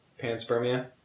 panspermia